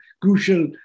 crucial